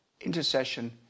intercession